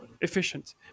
efficient